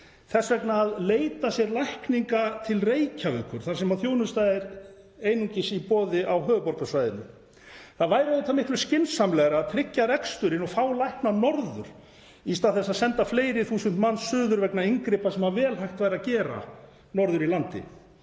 þess vegna að leita sér lækninga til Reykjavíkur þar sem þjónusta er einungis í boði á höfuðborgarsvæðinu. Það væri auðvitað miklu skynsamlegra að tryggja reksturinn og fá lækna norður í stað þess að senda fleiri þúsund manns suður vegna inngripa sem vel hægt væri að gera norður í landi,